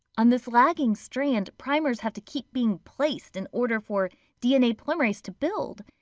on this lagging strand, primers have to keep being placed in order for dna polymerase to build.